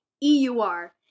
eur